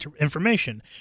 information